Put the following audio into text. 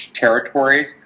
territories